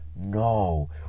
No